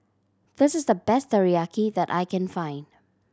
this is the best Teriyaki that I can find